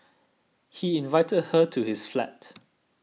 he invited her to his flat